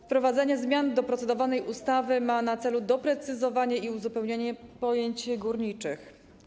Wprowadzenie zmian do procedowanej ustawy ma na celu doprecyzowanie i uzupełnienie pojęć górniczych.